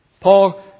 Paul